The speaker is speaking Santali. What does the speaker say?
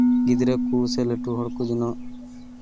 ᱜᱤᱫᱽᱨᱟᱹ ᱠᱚ ᱥᱮ ᱞᱟᱹᱴᱩ ᱦᱚᱲ ᱠᱚ ᱡᱮᱱᱚ